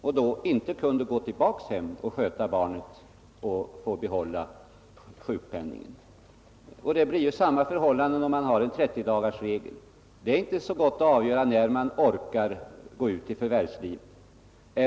Då kunde hon inte sedan återvända till hemmet för att sköta barnet och samtidigt behålla sjukpenningen, Detsamma blir förhållandet när vi har en 30-dagarsregel. Det är inte så lätt att avgöra när man orkar gå tillbaka i förvärvslivet.